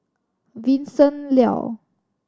Vincent Leow